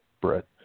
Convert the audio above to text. Brett